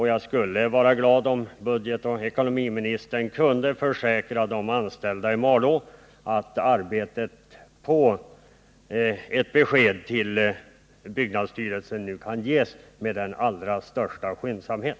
Jag skulle vara glad om budgetoch ekonomiministern kunde försäkra de anställda i Malå att ett besked till byggnadsstyrelsen kan ges med allra största skyndsamhet.